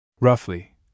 roughly